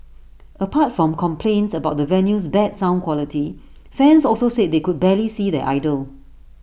apart from complaints about the venue's bad sound quality fans also said they could barely see their idol